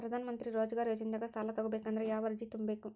ಪ್ರಧಾನಮಂತ್ರಿ ರೋಜಗಾರ್ ಯೋಜನೆದಾಗ ಸಾಲ ತೊಗೋಬೇಕಂದ್ರ ಯಾವ ಅರ್ಜಿ ತುಂಬೇಕು?